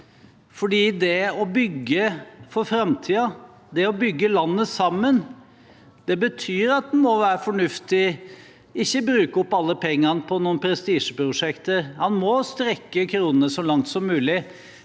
For det å bygge for framtiden, det å bygge landet sammen, betyr at en må være fornuftig og ikke bruke opp alle pengene på noen prestisjeprosjekter. En må strekke kronene så langt som mulig,